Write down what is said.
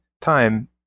time